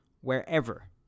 wherever